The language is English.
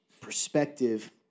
perspective